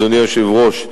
אדוני היושב-ראש,